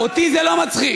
תתנצל.